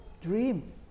dream